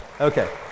Okay